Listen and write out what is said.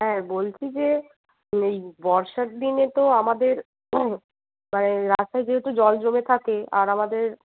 হ্যাঁ বলছি যে এই বর্ষার দিনে তো আমাদের প্রায় রাস্তায় যেহেতু জল জমে থাকে আর আমাদের